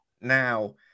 now